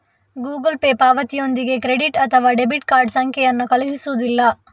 Google Pay ಪಾವತಿಯೊಂದಿಗೆ credit ಅಥವಾ debit card ಸಂಖ್ಯೆಯನ್ನು ಕಳುಹಿಸುವುದಿಲ್ಲ